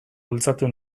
bultzatu